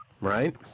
Right